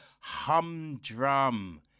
humdrum